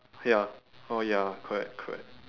ya oh ya correct correct